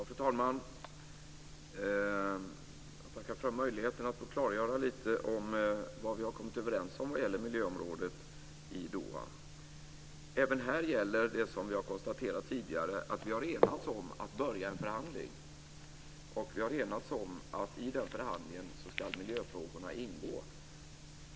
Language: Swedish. Fru talman! Jag tackar för möjligheten att få klargöra lite vad vi har kommit överens om vad gäller miljöområdet i Doha. Även här gäller det som vi har konstaterat tidigare: Vi har enats om att börja en förhandling, och vi har enats om att i den förhandlingen ska miljöfrågorna ingå.